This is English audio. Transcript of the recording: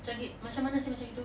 sakit macam mana seh macam gitu